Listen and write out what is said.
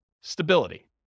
stability